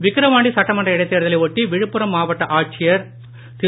விக்கிரவாண்டி சட்டமன்ற இடைத்தேர்தலை ஒட்டி விழுப்புரம் மாவட்ட ஆட்சித் தலைவர் திரு